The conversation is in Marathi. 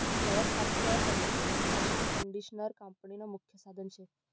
गवत कापानं मशीनकंडिशनर कापनीनं मुख्य साधन शे